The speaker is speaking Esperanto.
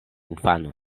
infanon